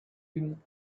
been